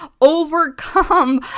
overcome